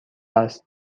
است